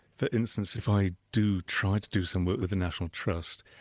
for instance if i do try to do some work with the national trust,